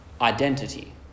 identity